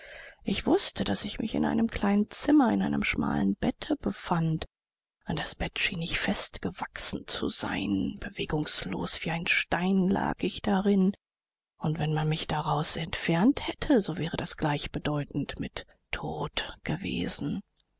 ich wußte daß ich mich in einem kleinen zimmer in einem schmalen bette befand an das bett schien ich fest gewachsen zu sein bewegungslos wie ein stein lag ich darin und wenn man mich daraus entfernt hätte so wäre das gleichbedeutend mit tod gewesen